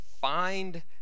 find